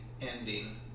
ending